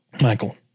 Michael